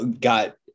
got